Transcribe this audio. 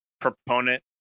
proponent